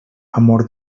amor